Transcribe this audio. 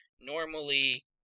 normally